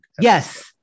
Yes